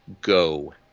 go